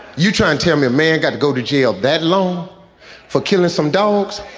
you try and tell me, man, got to go to jail that long for killing some dogs.